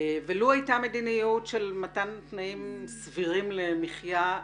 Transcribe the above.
לו הייתה מדיניות של מתן תנאים סבירים למחייה,